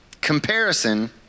Comparison